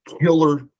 killer